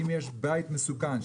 אם יש בית מסוכן,